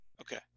Okay